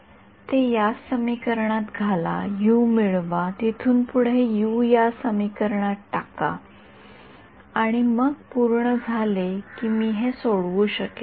x साठी काही अंदाज लावण्या पासून सुरवात करा ते या समीकरणात घाला यू मिळवा तिथून पुढे यू या समीकरणात टाका आणि मग पूर्ण झाले की मी हे सोडवू शकेन